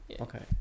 Okay